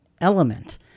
element